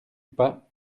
pas